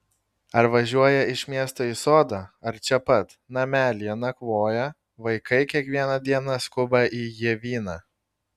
ar važiuoja iš miesto į sodą ar čia pat namelyje nakvoja vaikai kiekvieną dieną skuba į ievyną